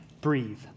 breathe